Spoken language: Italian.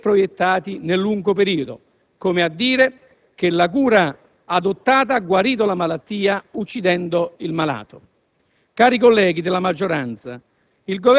se proiettati nel lungo periodo, come a dire che la cura adottato, ha guarito la malattia uccidendo il malato. Cari colleghi della maggioranza,